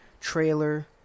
trailer